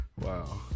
wow